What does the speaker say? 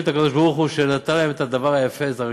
את הקדוש-ברוך-הוא שנתן להם את הדבר היפה הזה,